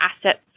assets